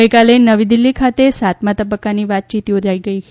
ગઈકાલે નવી દિલ્હી ખાતે સાતમા તબક્કાની વાતચીત યોજાઈ હતી